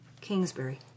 Kingsbury